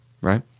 right